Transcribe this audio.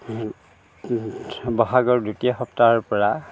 বহাগৰ দ্বিতীয় সপ্তাহৰ পৰা